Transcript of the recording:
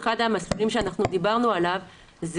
אחד המסלולים שדיברנו עליו,